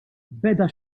beda